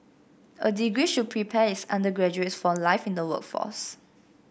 a degree should prepare its undergraduates for life in the workforce